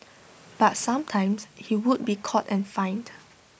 but sometimes he would be caught and fined